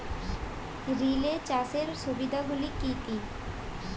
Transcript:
Relay চাষের সুবিধা গুলি কি কি?